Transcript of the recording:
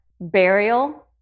burial